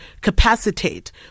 capacitate